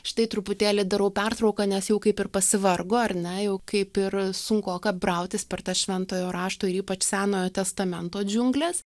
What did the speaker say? štai truputėlį darau pertrauką nes jau kaip ir pasivargo ar ne jau kaip ir sunkoka brautis per tą šventojo rašto ypač senojo testamento džiungles